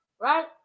right